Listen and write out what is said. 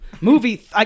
Movie